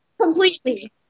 Completely